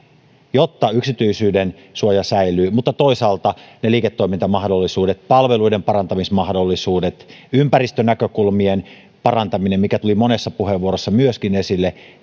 jotta yksityisyydensuoja säilyy mutta toisaalta liiketoimintamahdollisuudet palveluiden parantamismahdollisuudet ympäristönäkökulmien parantaminen mikä tuli monessa puheenvuorossa myöskin esille